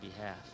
behalf